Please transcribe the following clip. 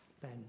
Ben